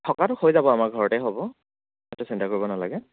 থকাটো হৈ যাব আমাৰ ঘৰতে হ'ব সেইটো চিন্তা কৰিব নেলাগে